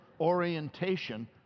orientation